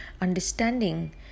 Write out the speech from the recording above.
understanding